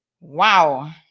Wow